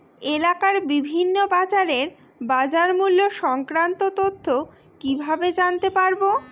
এলাকার বিভিন্ন বাজারের বাজারমূল্য সংক্রান্ত তথ্য কিভাবে জানতে পারব?